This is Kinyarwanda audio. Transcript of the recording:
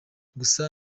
gusa